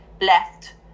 left